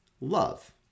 love